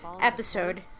episode